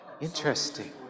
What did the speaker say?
Interesting